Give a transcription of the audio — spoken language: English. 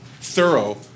thorough